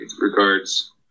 regards—